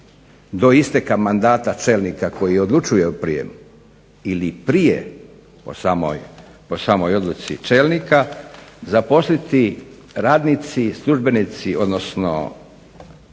do isteka mandata čelnika koji odlučuje o prijemu ili prije o samoj odluci čelnika zaposliti radnici, službenici, odnosno